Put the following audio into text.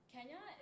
Kenya